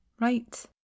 right